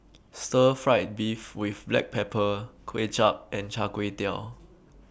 Stir Fried Beef with Black Pepper Kuay Chap and Char Kway Teow